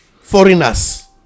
foreigners